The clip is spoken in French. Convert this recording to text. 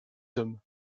hommes